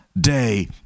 Day